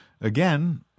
Again